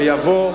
ויבוא,